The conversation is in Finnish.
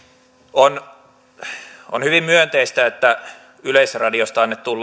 on on hyvin myönteistä että tähän yleisradiosta annetun